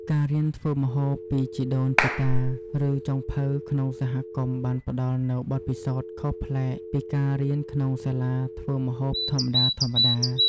ការរៀនធ្វើម្ហូបពីជីដូនជីតា ឬចុងភៅក្នុងសហគមន៍បានផ្តល់នូវបទពិសោធន៍ខុសប្លែកពីការរៀនក្នុងសាលាធ្វើម្ហូបធម្មតាៗ។